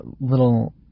little